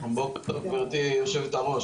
בוקר טוב גבירתי יושבת-הראש.